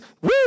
woo